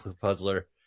Puzzler